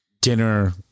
dinner